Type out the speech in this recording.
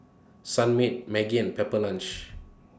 Sunmaid Maggi and Pepper Lunch